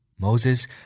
Moses